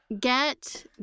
Get